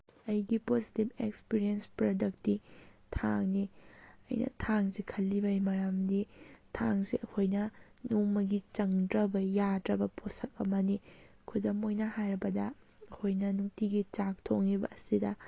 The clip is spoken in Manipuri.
ꯑꯩꯒꯤ ꯄꯣꯖꯤꯇꯤꯞ ꯑꯦꯛꯁꯄ꯭ꯔꯤꯌꯦꯟꯁ ꯄ꯭ꯔꯗꯛꯇꯤ ꯊꯥꯡꯅꯤ ꯑꯩꯅ ꯊꯥꯡꯁꯤ ꯈꯜꯂꯤꯕꯒꯤ ꯃꯔꯝꯗꯤ ꯊꯥꯡꯁꯦ ꯑꯩꯈꯣꯏꯅ ꯅꯣꯡꯃꯒꯤ ꯆꯪꯗ꯭ꯔꯕ ꯌꯥꯗ꯭ꯔꯕ ꯄꯣꯠꯁꯛ ꯑꯃꯅꯤ ꯈꯨꯗꯝ ꯑꯣꯏꯅ ꯍꯥꯏꯔꯕꯗ ꯑꯩꯈꯣꯏꯅ ꯅꯨꯡꯇꯤꯒꯤ ꯆꯥꯛ ꯊꯣꯡꯉꯤꯕ ꯑꯁꯤꯗ